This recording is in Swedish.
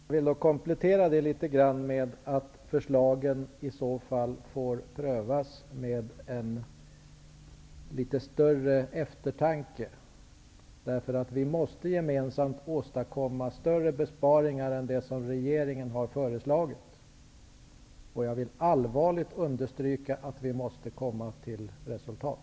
Fru talman! Jag vill komplettera detta med att förslagen i så fall får prövas med litet större eftertanke. Vi måste gemensamt åstadkomma större besparingar än de som regeringen har föreslagit. Jag vill allvarligt understryka att vi måste komma fram till resultat.